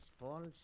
false